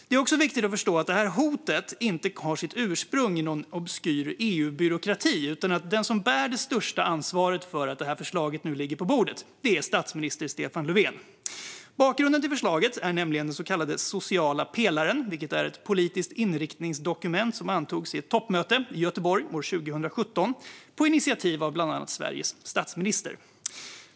Det är också viktigt att förstå att det här hotet inte har sitt ursprung i någon obskyr EU-byråkrati. Den som bär det största ansvaret för att det här förslaget nu ligger på bordet är statsminister Stefan Löfven. Bakgrunden till förslaget är nämligen den så kallade sociala pelaren, vilket är ett politiskt inriktningsdokument som antogs under ett toppmöte i Göteborg 2017 på initiativ av bland annat Sveriges statsminister.